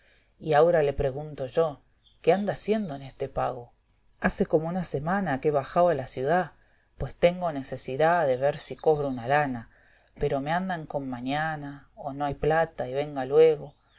y aura le pregunto yo qué anda haciendo on este pago hace como una semana que he bajao a la ciada pues tengo necesidá de ver si cobro una lana pero me andan con mañana o no hay plata y venga liiego